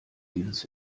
dieses